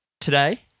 today